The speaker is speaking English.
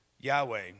Yahweh